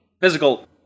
Physical